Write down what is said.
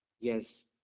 Yes